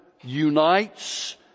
unites